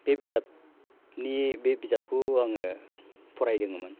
बे बिजाबनि बे बिजाबखौ आङो फरायदोंमोन